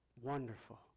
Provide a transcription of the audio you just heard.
wonderful